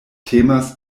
temas